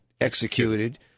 executed